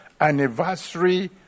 anniversary